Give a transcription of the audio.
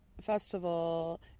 Festival